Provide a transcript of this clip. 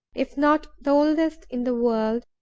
if not the oldest in the world,